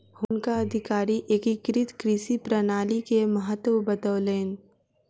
हुनका अधिकारी एकीकृत कृषि प्रणाली के महत्त्व बतौलैन